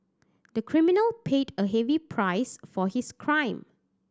the criminal paid a heavy price for his crime